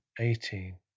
eighteen